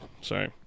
Sorry